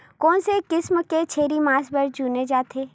कोन से किसम के छेरी मांस बार चुने जाथे?